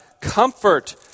Comfort